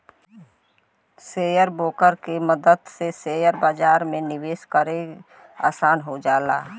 share broker के मदद से शेयर बाजार में निवेश करे आसान हो जाला